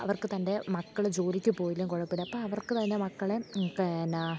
അവർക്ക് തൻ്റെ മക്കൾ ജോലിക്ക് പോയില്ലേ കുഴപ്പമില്ല അപ്പം അവർക്കു തന്ന മക്കളെ പിന്നെ